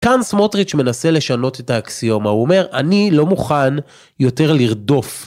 כאן סמוטריץ' מנסה לשנות את האקסיומה, הוא אומר, אני לא מוכן יותר לרדוף.